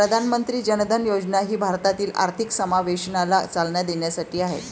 प्रधानमंत्री जन धन योजना ही भारतातील आर्थिक समावेशनाला चालना देण्यासाठी आहे